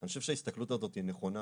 אני חושב שההסתכלות הזאת היא נכונה.